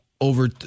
over